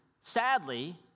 sadly